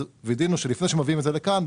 וידאנו שלפני שמביאים את זה לכאן,